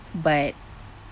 but